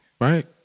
Right